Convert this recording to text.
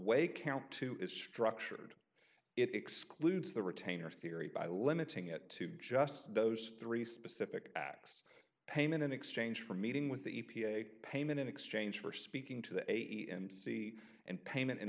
way count two is structured it excludes the retainer theory by limiting it to just those three specific acts payment in exchange for meeting with the e p a payment in exchange for speaking to the amc and payment in